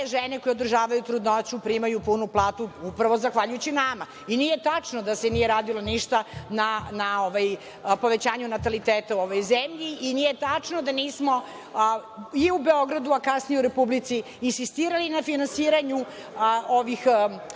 žene koje održavaju trudnoću primaju punu platu, upravo zahvaljujući nama. Nije tačno da se nije radilo ništa na povećanju nataliteta u ovoj zemlji, i nije tačno da nismo i u Beogradu, a kasnije u Republici, insistirali na finansiranju